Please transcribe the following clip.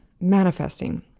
manifesting